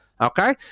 Okay